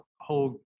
whole